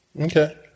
Okay